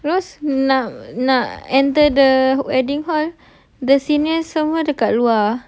terus nak nak enter the wedding hall the senior semua dekat luar